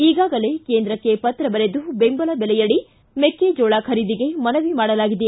ಈಗಾಗಲೇ ಕೇಂದ್ರಕ್ತೆ ಪತ್ರ ಬರೆದು ಬೆಂಬಲ ಬೆಲೆಯಡಿ ಮೆಕ್ಕಜೋಳ ಖರೀದಿಗೆ ಮನವಿ ಮಾಡಿಕೊಳ್ಳಲಾಗಿದೆ